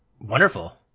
wonderful